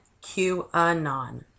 QAnon